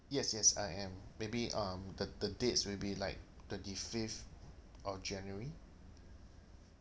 yes yes I am maybe um the the dates will be like twenty fifth of january